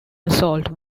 assault